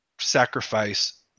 sacrifice